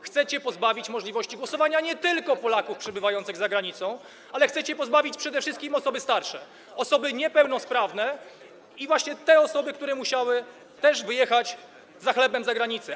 Chcecie pozbawić możliwości głosowania nie tylko Polaków przebywających za granicą, ale chcecie pozbawić jej przede wszystkim osoby starsze, osoby niepełnosprawne i właśnie te osoby, które musiały wyjechać za chlebem za granicę.